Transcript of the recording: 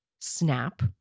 Snap